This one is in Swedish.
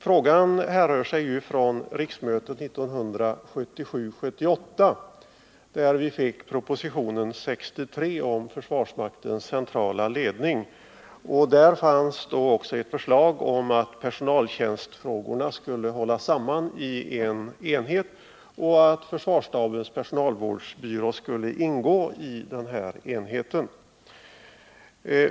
Frågan härrör från riksmötet 1977/78, när vi fick proposition 63 om försvarsmaktens centrala ledning. Där fanns då också ett förslag om att personaltjänstfrågorna skulle hållas samman i en enhet och att försvarsstabens personalvårdsbyrå skulle ingå i denna enhet.